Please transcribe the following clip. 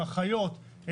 אחיות,